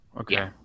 okay